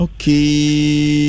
Okay